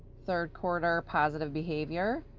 third quarter positive behavior,